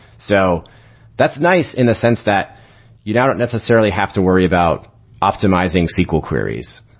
so that's nice in the sense that you don't don't necessarily have to worry about optimizing sql queries,